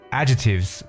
adjectives